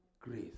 grace